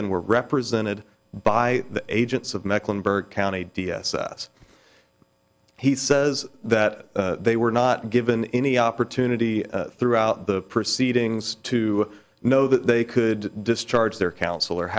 than were represented by the agents of mecklenburg county d s s he says that they were not given any opportunity throughout the proceedings to know that they could discharge their counsel or